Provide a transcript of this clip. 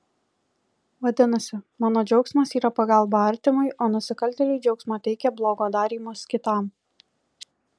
vadinasi mano džiaugsmas yra pagalba artimui o nusikaltėliui džiaugsmą teikia blogo darymas kitam